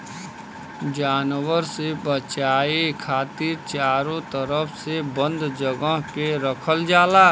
जानवर से बचाये खातिर चारो तरफ से बंद जगह पे रखल जाला